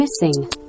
missing